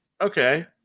okay